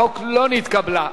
אני רק רוצה להעיר,